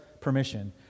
permission